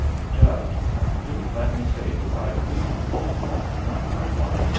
the judge he didn't let me stay beside my father, but, one by one,